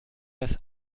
dass